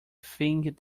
think